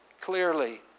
clearly